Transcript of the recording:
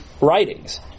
writings